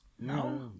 No